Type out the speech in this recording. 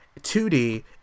2D